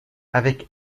avec